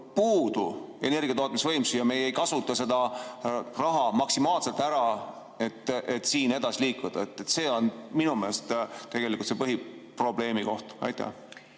puudu energiatootmisvõimsusi, aga me ei kasuta seda raha maksimaalselt ära, et siin edasi liikuda. See on minu meelest tegelikult põhiline probleemikoht. Suur